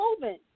moving